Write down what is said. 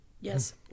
Yes